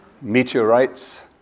meteorites